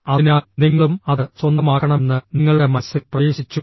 അതിനാൽ നിങ്ങളും അത് സ്വന്തമാക്കണമെന്ന് നിങ്ങളുടെ മനസ്സിൽ പ്രവേശിച്ചു